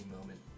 moment